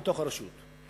מתוך הרשות.